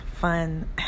fun